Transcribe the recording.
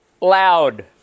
loud